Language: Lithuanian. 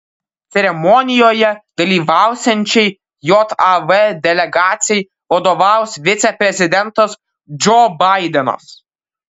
ceremonijoje dalyvausiančiai jav delegacijai vadovaus viceprezidentas džo baidenas